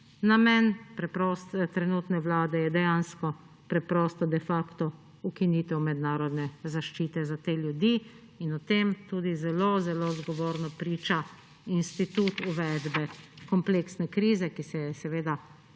trenutne vlade je dejansko, de facto ukinitev mednarodne zaščite za te ljudi. O tem tudi zelo zelo zgovorno priča institut uvedbe kompleksne krize, ki se